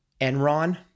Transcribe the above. Enron